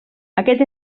aquest